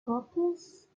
purpose